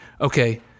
okay